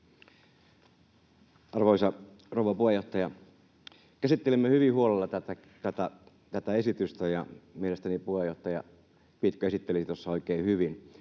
Arvoisa rouva puheenjohtaja! Käsittelimme hyvin huolella tätä esitystä, ja mielestäni puheenjohtaja Pitko esitteli tuossa oikein hyvin.